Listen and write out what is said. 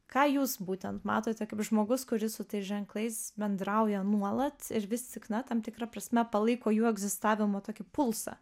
ką jūs būtent matote kaip žmogus kuris su tais ženklais bendrauja nuolat ir vis tik na tam tikra prasme palaiko jų egzistavimo tokį pulsą